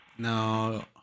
No